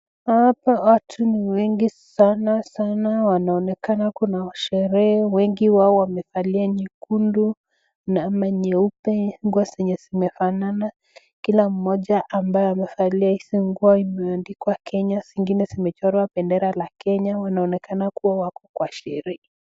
Hapa watu ni wengi sana sana, wanaonekana kuna sherehe, wengi wao wamevalia nyekundu na nyeupe na nguo zenye zimefanana, kila mmoja ambaye amevalia hizi nguo imeandikwa kenya, zingine zimechorwa bendera la kenya, wanaonekana kuwa wako kwa sherehe.